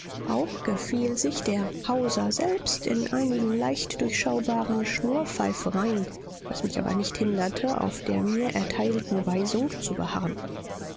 auch gefiel sich der hauser selbst in einigen leicht durchschaubaren schnurrpfeifereien was mich aber nicht hinderte auf der mir erteilten weisung zu beharren